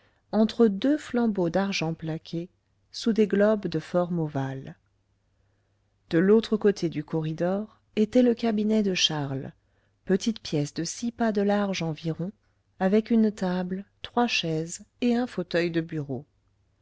entre deux flambeaux d'argent plaqué sous des globes de forme ovale de l'autre côté du corridor était le cabinet de charles petite pièce de six pas de large environ avec une table trois chaises et un fauteuil de bureau